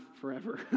forever